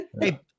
hey